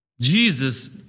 Jesus